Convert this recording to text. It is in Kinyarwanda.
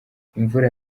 imvura